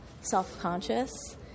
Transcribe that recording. self-conscious